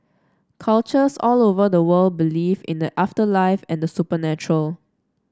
cultures all over the world believe in the afterlife and supernatural